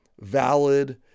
valid